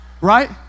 right